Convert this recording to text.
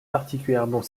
particulièrement